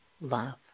love